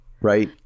Right